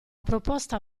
proposta